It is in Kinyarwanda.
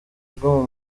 bwo